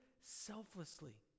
selflessly